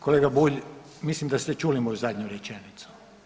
Kolega Bulj, mislim da ste čuli moju zadnju rečenicu.